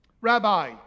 rabbi